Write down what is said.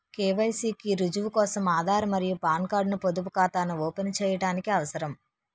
KYC కి రుజువు కోసం ఆధార్ మరియు పాన్ కార్డ్ ను పొదుపు ఖాతాను ఓపెన్ చేయడానికి అవసరం